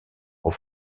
pour